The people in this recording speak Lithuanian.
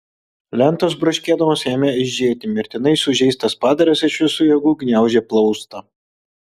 lentos braškėdamos ėmė eižėti mirtinai sužeistas padaras iš visų jėgų gniaužė plaustą